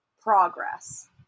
progress